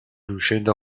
riuscendo